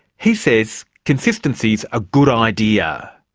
he says consistency is a good idea.